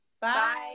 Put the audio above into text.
Bye